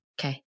Okay